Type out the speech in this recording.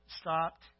stopped